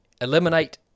eliminate